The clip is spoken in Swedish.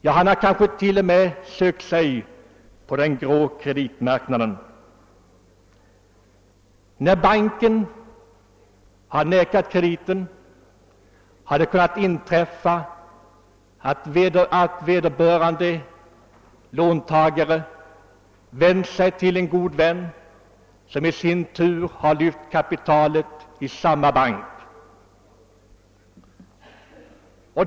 Han har kanske t.o.m. sökt sig ut på den grå kreditmarknaden. När banken nekat att bevilja krediten och vederbörande lånesökande har vänt sig till en god vän, så har kanske denne i sin tur lyft kapitalet i samma bank.